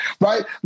right